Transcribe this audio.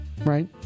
Right